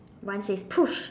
one says push